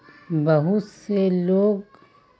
बहुत स लोग अजकालेर दुकान स बिल भुगतान या रीचार्जक करवा ह छेक